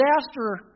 disaster